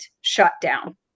shutdown